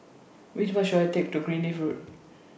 Which Bus should I Take to Greenleaf Road